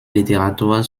literatur